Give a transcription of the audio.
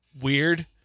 weird